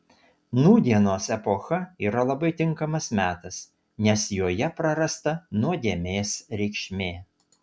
nūdienos epocha yra labai tinkamas metas nes joje prarasta nuodėmės reikšmė